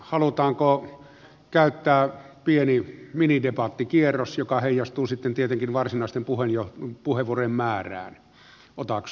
halutaanko käyttää pieni minidebattikierros joka heijastuu sitten tietenkin varsinaisten puheenvuorojen määrään otaksuisin